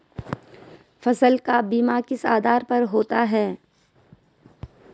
फसल का बीमा किस आधार पर होता है?